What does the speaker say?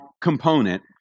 component